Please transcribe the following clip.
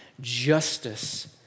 justice